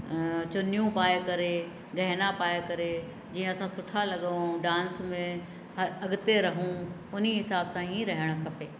चुन्नियूं पाए करे गहना पाए करे जीअं असां सुठा लॻऊं डांस में अॻिते रहूं उन हिसाब सां ई रहणु खपे